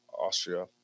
Austria